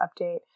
update